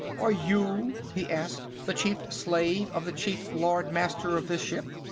are you, he asked, the chief-slave of the chief lord-master of this ship?